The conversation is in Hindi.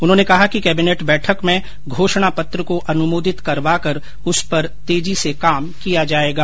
उन्होंने कहा कि कैबिनेट बैठक में घोषणा पत्र को अनुमोदित करवाकर उस पर तेजी से काम किया जाएगा